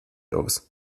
aus